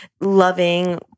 loving